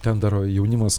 ten daro jaunimas